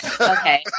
okay